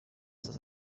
this